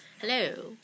Hello